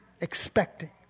Expecting